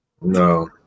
No